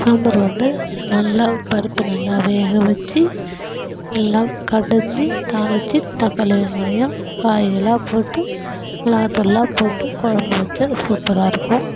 சாம்பார் வந்து நல்லா பருப்பு நல்லா வேக வச்சி நல்லா கடைஞ்சி தாளிச்சி தக்காளி வெங்காயம் காயெல்லாம் போட்டு மிளகாய் தூள்லாம் போட்டு குழம்பு வச்சா அது சூப்பராக இருக்கும்